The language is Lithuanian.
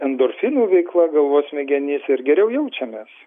endorfinų veikla galvos smegenyse ir geriau jaučiamės